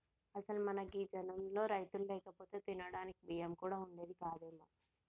అసలు మన గీ జనంలో రైతులు లేకపోతే తినడానికి బియ్యం కూడా వుండేది కాదేమో